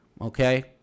Okay